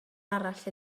arall